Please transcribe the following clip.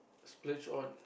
splurge on